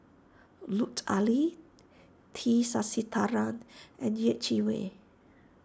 Lut Ali T Sasitharan and Yeh Chi Wei